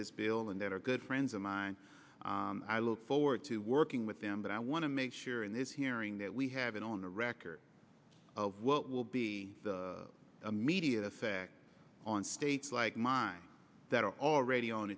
this bill and that are good friends of mine i look forward to working with them but i want to make sure in this hearing that we have an on the record of what will be the immediate effect on states like mine that are already on